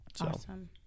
Awesome